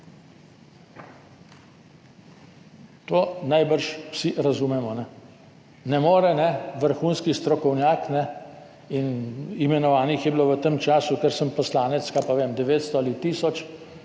To najbrž vsi razumemo. Ne more vrhunski strokovnjak, in imenovanih je bilo v tem času, kar sem poslanec, kaj pa vem, 900 ali tisoč,